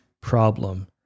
problem